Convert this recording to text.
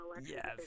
Yes